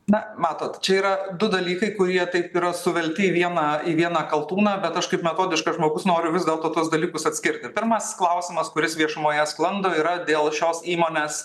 na matot čia yra du dalykai kurie taip yra suvelti į vieną į vieną kaltūną bet aš kaip metodiškas žmogus noriu vis dėlto tuos dalykus atskirti pirmas klausimas kuris viešumoje sklando yra dėl šios įmonės